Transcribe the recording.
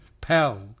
PAL